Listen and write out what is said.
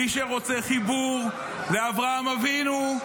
מי שרוצה חיבור לאברהם אבינו,